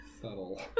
Subtle